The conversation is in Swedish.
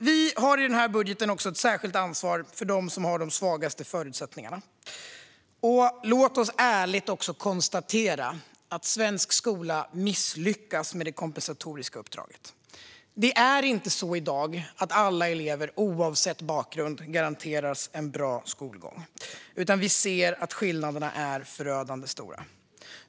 Vi har i den här budgeten också ett särskilt ansvar för dem som har de svagaste förutsättningarna, och låt oss ärligt konstatera att svensk skola misslyckats med det kompensatoriska uppdraget. Det är inte så i dag att alla elever, oavsett bakgrund, garanteras en bra skolgång, utan skillnaderna är förödande stora.